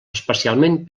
especialment